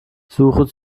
suche